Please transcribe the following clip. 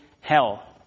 hell